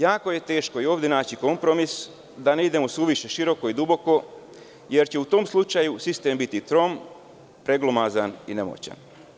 Jako je teško i ovde naći kompromis, da ne idemo suviše široko i duboko, jer će u tom slučaju sistem biti trom, preglomazan i nemoćan.